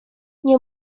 nie